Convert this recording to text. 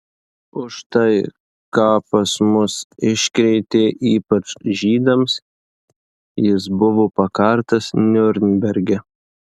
už tai ką pas mus iškrėtė ypač žydams jis buvo pakartas niurnberge